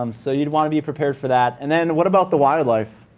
um so you'd want to be prepared for that. and then, what about the wildlife?